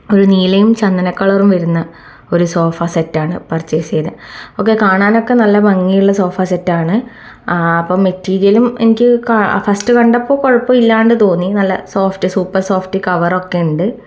ഒരു നീലയും ചന്ദന കളറും വരുന്ന ഒരു സോഫ സെറ്റാണ് പർച്ചേസ് ചെയ്തത് ഒക്കെ കാണാൻ ഒക്കെ നല്ല ഭംഗിയുള്ള സോഫ സെറ്റാണ് ആ അപ്പം മെറ്റിരിയലും എനിക്ക് കാ ഫസ്റ്റ് കണ്ടപ്പോൾ കുഴപ്പമില്ലാണ്ട് തോന്നി നല്ല സോഫ്റ്റ് സൂപ്പർ സോഫ്റ്റ് കവറൊക്കെ ഉണ്ട്